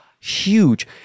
huge